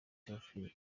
theophile